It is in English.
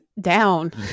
down